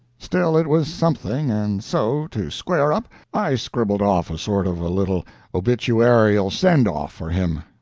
still, it was something, and so, to square up, i scribbled off a sort of a little obituarial send-off for him,